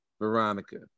Veronica